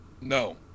No